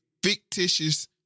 fictitious